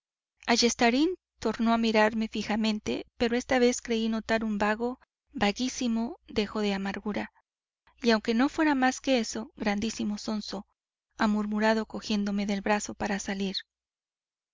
meningitis ayestarain tornó a mirarme fijamente pero esta vez creí notar un vago vaguísimo dejo de amargura y aunque no fuera más que eso grandísimo zonzo ha murmurado cogiéndome del brazo para salir